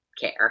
care